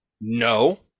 No